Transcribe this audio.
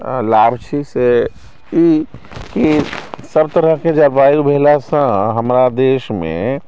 लाभ छै से ई कि सभतरहके जलवायु भेलासँ हमरा देशमे